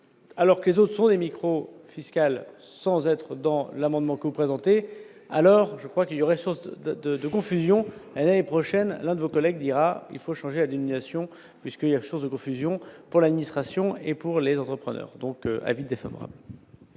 Alors que d'autres sont des micro-fiscal sans être dans l'amendement co-présenter alors je crois qu'il y aurait, sorte de de confusion prochaine l'un de vos collègues dira : il faut changer indignation puisque hier, chose de confusion pour l'administration, et pour les entrepreneurs, donc avis défavorable.